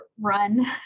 run